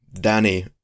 Danny